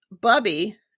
Bubby